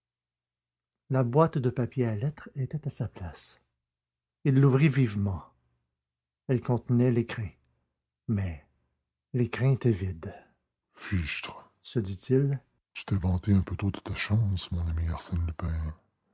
la boîte de papier à lettres était à sa place il l'ouvrit vivement elle contenait l'écrin mais l'écrin était vide fichtre se dit-il tu t'es vanté un peu tôt de ta chance mon ami arsène lupin